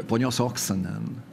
ponios oksanen